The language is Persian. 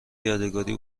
یادگاری